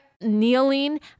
kneeling